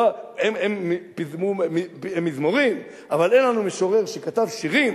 הם פיזמו מזמורים, אבל אין לנו משורר שכתב שירים